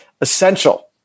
Essential